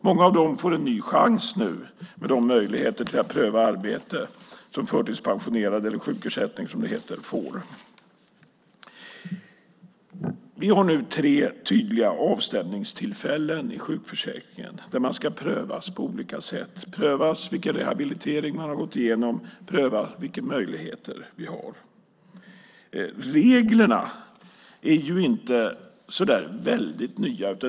Många av dem får nu en ny chans med de möjligheter att pröva arbete som förtidspensionerade - eller de med sjukersättning som det heter - får. Vi har nu tre tydliga avstämningstillfällen i sjukförsäkringen där man ska prövas på olika sätt. Man ska pröva vilken rehabilitering man har gått igenom och vilka möjligheter vi har. Reglerna är ju inte så väldigt nya.